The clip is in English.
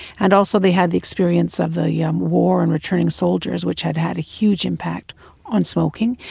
and also they had the experience of the yeah um war and returning soldiers, which had had a huge impact on smoking,